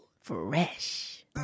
Fresh